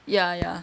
ya ya